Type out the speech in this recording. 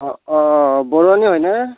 অ বৰুৱানী হয়নে